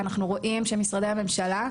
משרדי הממשלה,